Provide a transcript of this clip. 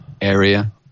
area